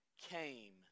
came